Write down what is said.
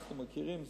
אנחנו מכירים,